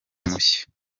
mushya